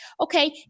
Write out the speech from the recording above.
Okay